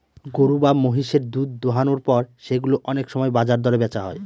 গরু বা মহিষের দুধ দোহানোর পর সেগুলো অনেক সময় বাজার দরে বেচা হয়